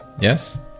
Yes